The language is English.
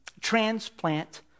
Transplant